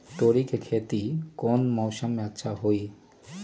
तोड़ी के खेती कौन मौसम में अच्छा होई?